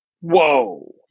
whoa